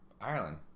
Ireland